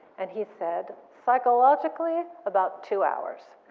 and he said, psychologically, about two hours.